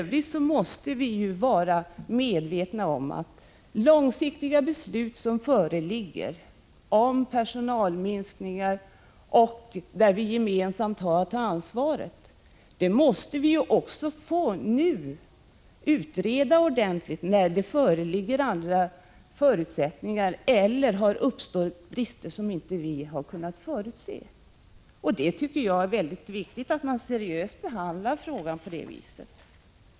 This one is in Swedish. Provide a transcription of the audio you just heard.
Vi måste vara medvetna om att långsiktiga beslut om personalminskningar, där vi har ett gemensamt ansvar, måste utredas ordentligt nu när det föreligger andra förutsättningar eller har uppstått brister som vi inte kunnat förutse. Det är viktigt att man seriöst behandlar frågan och då på det viset.